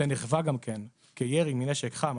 זה נחווה גם כן כירי מנשק חם.